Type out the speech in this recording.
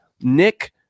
Nick